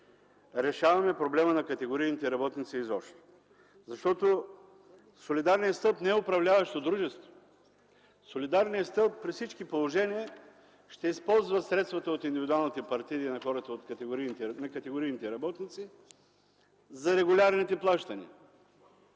решаваме проблема на категорийните работници изобщо, защото солидарният стълб не е управляващо дружество. Солидарният стълб при всички положения ще използва средствата от индивидуалните партиди на хората, на категорийните работници, за регулярните плащания.